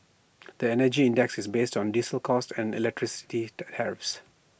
the Energy Index is based on diesel costs and electricity tariffs